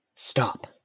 Stop